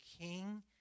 King